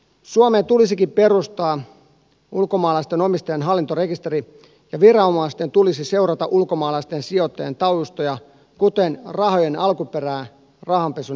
suomeen tulisikin perustaa ulkomaalaisten omistajien hallintarekisteri ja viranomaisten tulisi seurata ulkomaalaisten sijoittajien taustoja kuten rahojen alkuperää rahanpesun estämiseksi